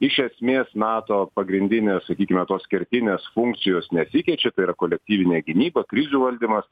iš esmės nato pagrindinės sakykime tos kertinės funkcijos nekeičia tai yra kolektyvinė gynyba krizių valdymas